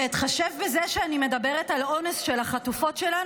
בהתחשב בזה שאני מדברת על אונס של החטופות שלנו,